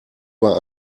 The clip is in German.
war